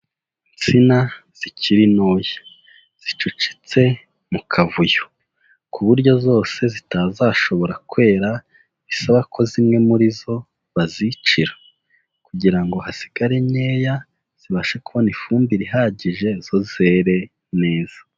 Insina zikiri ntoya, zicucitse mu kavuyo, ku buryo zose zitazashobora kwera bisaba ko zimwe muri zo bazicira kugira ngo hasigare nkeya zibashe kubona ifumbire ihagije zo zere neza.